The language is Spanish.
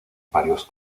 varios